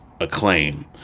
acclaim